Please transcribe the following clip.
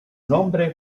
nombre